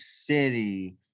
city